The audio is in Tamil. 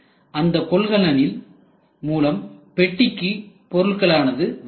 அந்த கொள்கலனின் மூலம் பெட்டிக்கு பொருட்களானது வருகிறது